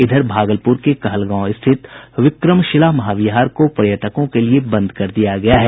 इधर भागलप्र के कहलगांव स्थित विक्रमशिला महाविहार को पर्यटकों के लिये बंद कर दिया गया है